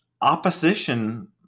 opposition